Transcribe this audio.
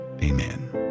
Amen